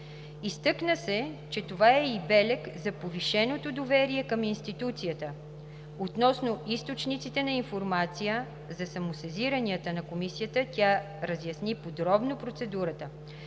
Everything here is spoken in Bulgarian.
Изтъкна се, че това е и белег за повишеното доверие към институцията. Относно източниците на информация за самосезиранията на Комисията тя разясни подробно процедурата.